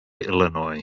illinois